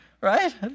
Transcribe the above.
Right